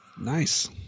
Nice